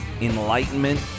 enlightenment